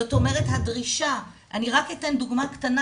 זאת אומרת, הדרישה אני רק אתן דוגמה קטנה: